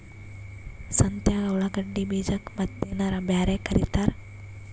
ಸಂತ್ಯಾಗ ಉಳ್ಳಾಗಡ್ಡಿ ಬೀಜಕ್ಕ ಮತ್ತೇನರ ಬ್ಯಾರೆ ಕರಿತಾರ?